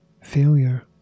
Failure